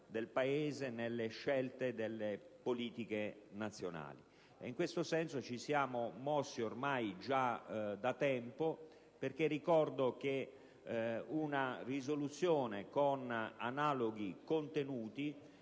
del Paese nella scelta delle politiche nazionali. In questo senso ci siamo mossi ormai già da tempo. Ricordo che una proposta di risoluzione con analoghi contenuti